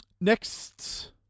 Next